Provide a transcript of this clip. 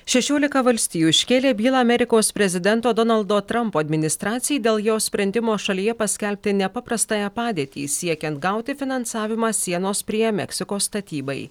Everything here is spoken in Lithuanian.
šešiolika valstijų iškėlė bylą amerikos prezidento donaldo trampo administracijai dėl jo sprendimo šalyje paskelbti nepaprastąją padėtį siekiant gauti finansavimą sienos prie meksikos statybai